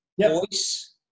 Voice